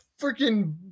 freaking